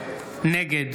נגד